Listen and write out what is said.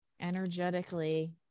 Energetically